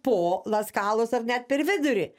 po la skalos ar net per vidurį